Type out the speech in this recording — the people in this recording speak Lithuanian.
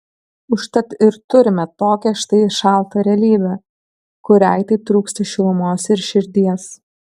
užtat ir turime tokią štai šaltą realybę kuriai taip trūksta šilumos ir širdies